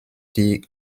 die